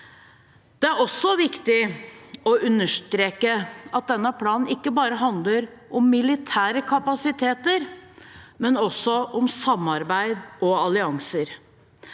Det er også viktig å understreke at denne planen ikke bare handler om militære kapasiteter, men også om samarbeid og allianser.